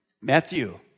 Matthew